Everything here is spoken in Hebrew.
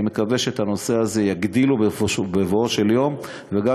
אני מקווה שאת זה יגדילו בבואו של יום וגם